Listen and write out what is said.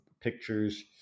pictures